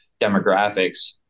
demographics